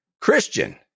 christian